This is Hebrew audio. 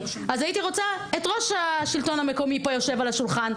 הייתי רוצה את ראש השלטון המקומי יושב פה בשולחן.